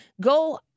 go